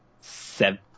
Seven